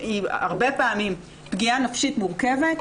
היא הרבה פעמים היא פגיעה נפשית מורכבת,